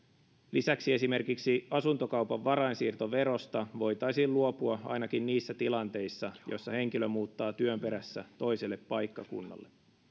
lisäksi esimerkiksi asuntokaupan varainsiirtoverosta voitaisiin luopua ainakin niissä tilanteissa joissa henkilö muuttaa työn perässä toiselle paikkakunnalle